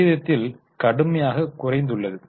விகிதத்தில் கடுமையாக குறைந்துள்ளது